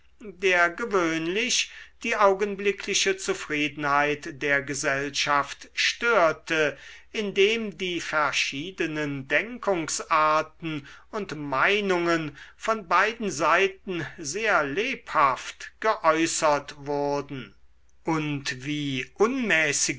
der gewöhnlich die augenblickliche zufriedenheit der gesellschaft störte indem die verschiedenen denkungsarten und meinungen von beiden seiten sehr lebhaft geäußert wurden und wie unmäßige